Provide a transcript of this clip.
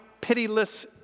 pitiless